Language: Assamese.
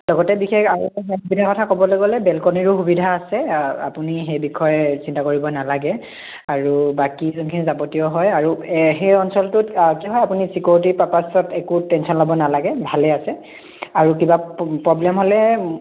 লগতে বিশেষ আৰু এটা সুবিধা কথা ক'বলৈ গ'লে বেলকনিৰো সুবিধা আছে আপুনি সেই বিষয়ে চিন্তা কৰিব নালাগে আৰু বাকী যোনখিনি যাৱতীয় হয় আৰু সেই অঞ্চলটোত কিহৰ আপুনি চিকিউৰিটিৰ পাৰ্পাচত একো টেনশ্যন ল'ব নালাগে ভালেই আছে আৰু কিবা প প্ৰব্লেম হ'লে